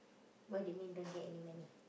what do you mean don't get any money